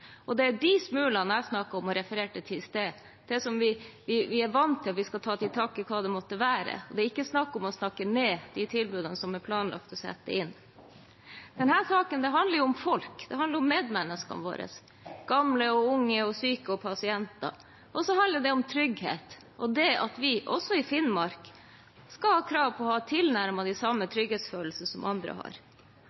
ta. Det er de smulene jeg snakker om og refererte til i sted. Vi er vant til at vi skal ta til takke med hva det måtte være, det er ikke snakk om å snakke ned de tilbudene som er planlagt å sette inn. Denne saken handler om folk, det handler om medmenneskene våre – gamle, unge, syke og pasienter. Og så handler det om trygghet, det at vi – også i Finnmark – har krav på tilnærmet den samme